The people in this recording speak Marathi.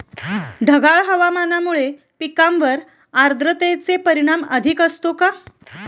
ढगाळ हवामानामुळे पिकांवर आर्द्रतेचे परिणाम अधिक असतो का?